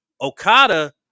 Okada